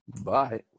Bye